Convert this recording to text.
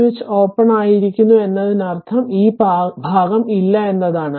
switch open ആയിരിക്കുന്നു എന്നതിനർത്ഥം ഈ ഭാഗം ഇല്ല എന്നാണ്